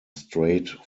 straight